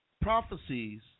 prophecies